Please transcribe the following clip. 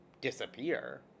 disappear